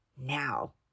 now